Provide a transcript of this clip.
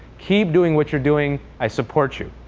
keep doing what you're doing. i support you.